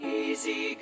easy